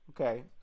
okay